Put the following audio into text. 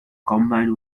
combined